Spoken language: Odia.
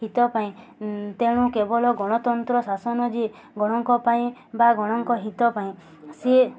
ହିତ ପାଇଁ ତେଣୁ କେବଳ ଗଣତନ୍ତ୍ର ଶାସନ ଯିଏ ଗଣଙ୍କ ପାଇଁ ବା ଗଣଙ୍କ ହିତ ପାଇଁ ସିଏ